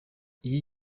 iyi